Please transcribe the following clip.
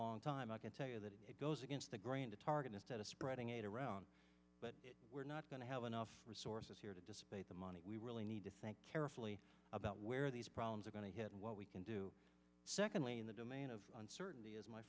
long time i can tell you that it goes against the grain to target instead of spreading it around but we're not going to have enough resources here to dissipate the money we really need to think carefully about where these problems are going to hit and what we can do secondly in the domain of uncertainty as my